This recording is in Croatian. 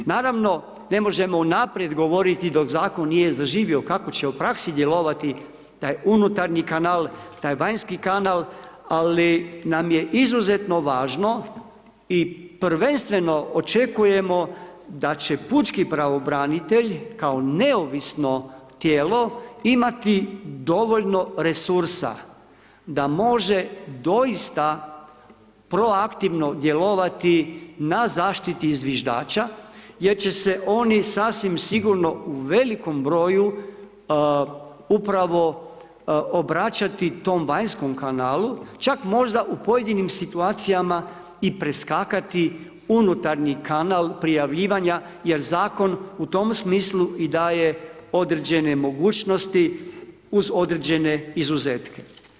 Naravno, ne možemo unaprijed govoriti dok Zakon nije zaživio, kako će u praksi djelovati taj unutarnji kanal, taj vanjski kanal, ali nam je izuzetno važno i prvenstveno očekujemo da će pučki pravobranitelj, kao neovisno tijelo imati dovoljno resursa da može doista pro aktivno djelovati na zaštiti zviždača jer će se oni sasvim sigurno u velikom broju upravo obraćati tom vanjskom kanalu, čak možda u pojedinim situacijama i preskakati unutarnji kanal prijavljivanja jer Zakon u tom smislu i daje određene mogućnosti uz određene izuzetke.